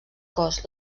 cos